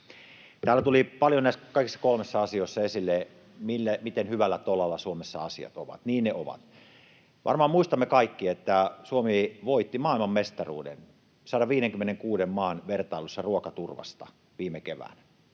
Täällä tuli paljon näissä kaikissa kolmessa asiassa esille, miten hyvällä tolalla Suomessa asiat ovat. Niin ne ovat. Varmaan muistamme kaikki, että Suomi voitti maailmanmestaruuden 156 maan vertailussa ruokaturvasta viime keväänä.